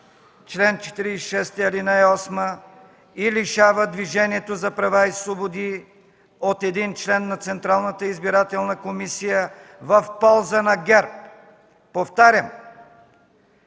чл. 46, ал. 8 и лишава Движението за права и свободи от един член на Централната избирателна комисия в полза на ГЕРБ. Повтарям,